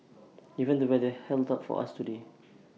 even the weather held up for us today